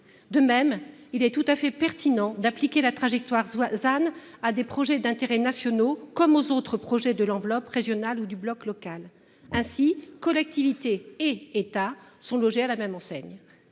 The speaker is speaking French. De même, il est tout à fait pertinent d'appliquer la trajectoire Ouazzane. À des projets d'intérêts nationaux comme aux autres projets de l'enveloppe régionale ou du bloc local ainsi collectivités et État sont logés à la même enseigne.